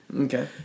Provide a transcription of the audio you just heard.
Okay